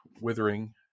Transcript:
withering